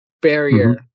barrier